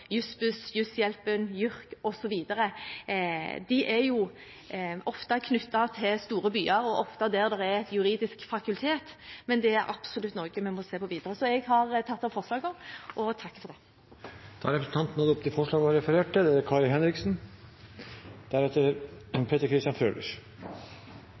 JURK osv. Disse er ofte knyttet til store byer og ofte der det er et juridisk fakultet, men det er absolutt noe vi må se på videre. Jeg tar opp de nevnte forslagene. Da har representanten Iselin Nybø tatt opp de forslagene hun refererte til. Jeg tar ordet bare for å avgi en stemmeforklaring. Arbeiderpartiet er